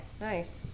Nice